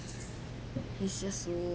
he's just